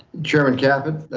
chairman caput.